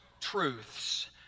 truths